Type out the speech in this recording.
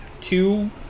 two